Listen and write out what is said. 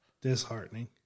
Disheartening